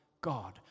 God